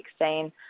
2016